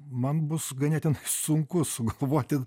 man bus ganėtinai sunku sugalvoti